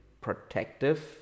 protective